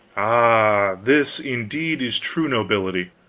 ah, this, indeed, is true nobility,